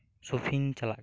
ᱥᱚᱯᱷᱤᱝ ᱪᱟᱞᱟᱜ ᱠᱟᱱᱟ